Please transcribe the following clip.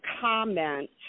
comment